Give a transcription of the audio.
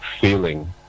feeling